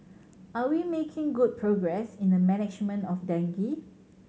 are we making good progress in the management of dengue